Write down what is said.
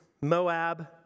Moab